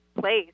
place